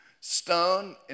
Stone